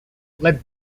let